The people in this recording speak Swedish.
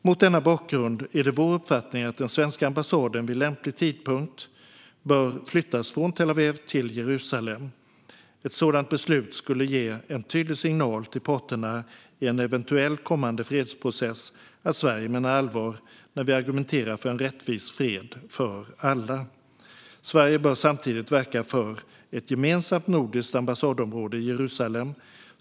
Mot denna bakgrund är det vår uppfattning att den svenska ambassaden vid lämplig tidpunkt bör flyttas från Tel Aviv till Jerusalem. Ett sådant beslut skulle ge en tydlig signal till parterna i en eventuell kommande fredsprocess att Sverige menar allvar när vi argumenterar för en rättvis fred för alla. Sverige bör samtidigt verka för ett gemensamt nordiskt ambassadområde i Jerusalem.